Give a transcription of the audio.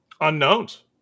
unknowns